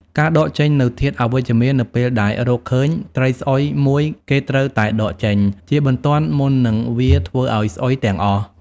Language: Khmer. ការដកចេញនូវធាតុអវិជ្ជមាន នៅពេលដែលរកឃើញ ត្រីស្អុយ មួយ គេត្រូវតែ ដកចេញ ជាបន្ទាន់មុននឹងវាធ្វើឲ្យ ស្អុយទាំងអស់។